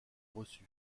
reçu